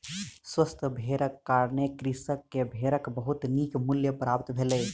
स्वस्थ भेड़क कारणें कृषक के भेड़क बहुत नीक मूल्य प्राप्त भेलै